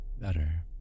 better